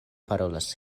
parolas